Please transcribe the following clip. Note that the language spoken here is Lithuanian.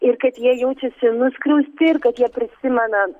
ir kad jie jaučiasi nuskriausti ir kad jie prisimena